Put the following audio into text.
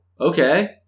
okay